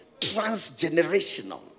Transgenerational